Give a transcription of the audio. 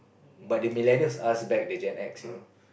but the millennials ask back the Gen-X you know